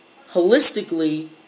holistically